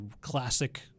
classic